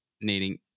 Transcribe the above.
needing